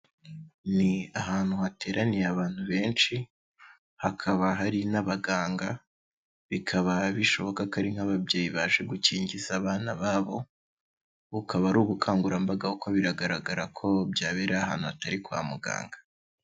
Ni ahantu hateraniye abantu benshi, hakaba hari n'abaganga, bikaba bishoboka ko ari nk'ababyeyi baje gukingiza abana babo, bukaba ari ubukangurambaga kuko biragaragara ko byabereye ahantu hatari kwa muganga.